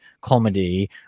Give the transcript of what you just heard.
comedy